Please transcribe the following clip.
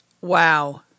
Wow